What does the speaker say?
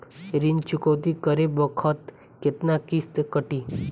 ऋण चुकौती करे बखत केतना किस्त कटी?